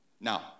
Now